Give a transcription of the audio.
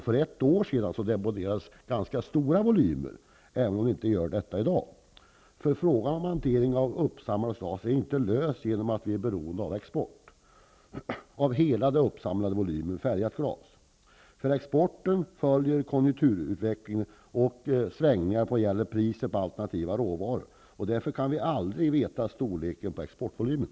För ett år sedan deponerades ganska stora volymer, även om så inte sker i dag. Frågan om hantering av uppsamlat glas är inte löst, eftersom vi är beroende av export av hela den uppsamlade volymen färgat glas. Exporten följer konjukturutvecklingen och svängningarna i priset på alternativa råvaror. Därför kan vi aldrig veta storleken på exportvolymen.